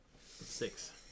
Six